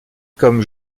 comme